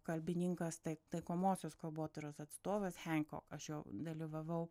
kalbininkas tai taikomosios kalbotyros atstovas henkok aš jo dalyvavau